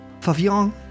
Favion